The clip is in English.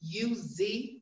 UZ